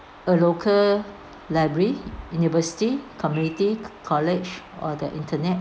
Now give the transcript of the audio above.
a local library university community co~ college or the internet